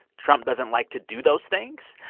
trump doesn't like to do those things.